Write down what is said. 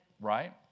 right